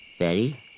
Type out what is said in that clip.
Betty